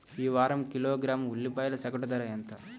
ఈ వారం కిలోగ్రాము ఉల్లిపాయల సగటు ధర ఎంత?